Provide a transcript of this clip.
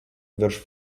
virš